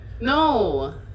No